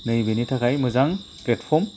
नैबेनि थाखाय मोजां प्लेटफ'र्म